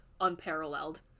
unparalleled